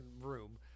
room